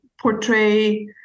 portray